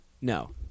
no